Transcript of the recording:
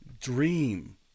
dream